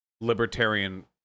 libertarian